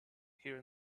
here